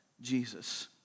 Jesus